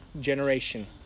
generation